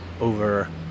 over